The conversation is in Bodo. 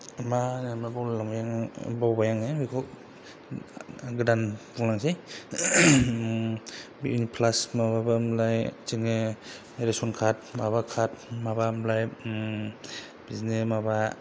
मा होनोमोनलाय बावलाय लांबाय आं बावबाय आङो बेखौ आं गोदान बुंलांनोसै बेनि प्लास माबाबो मोनलाय जोङो रेसन कार्ड माबा कार्ड माबामोनलाय बिदिनो माबा